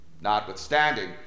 Notwithstanding